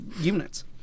Units